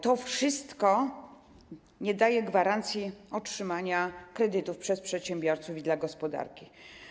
To wszystko nie daje gwarancji otrzymania kredytów przez przedsiębiorców i dla gospodarki.